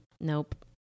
Nope